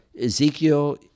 Ezekiel